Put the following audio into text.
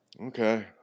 Okay